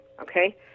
Okay